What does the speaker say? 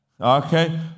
Okay